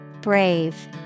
Brave